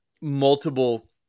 multiple